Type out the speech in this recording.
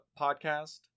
podcast